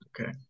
Okay